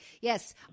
Yes